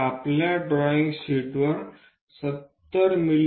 तर आपल्या ड्रॉईंग शीटवर 70 मि